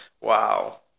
wow